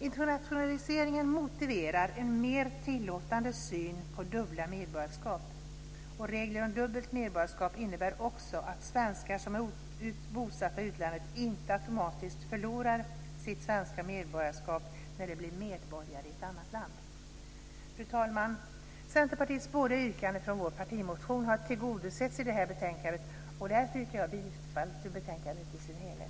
Internationaliseringen motiverar en mer tillåtande syn på dubbla medborgarskap. Regler om dubbelt medborgarskap innebär också att svenskar som är bosatta i utlandet inte automatiska förlorar sitt svenska medborgarskap när de blir medborgare i ett annat land. Fru talman! Centerpartiets båda yrkanden i vår partimotion har tillgodosetts i det här betänkandet. Därför yrkar jag bifall till hemställan i betänkandet i dess helhet.